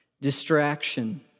distraction